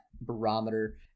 barometer